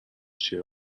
چیه